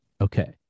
Okay